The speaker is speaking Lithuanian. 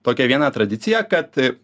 tokią vieną tradiciją kad